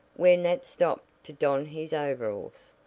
where nat stopped to don his overalls,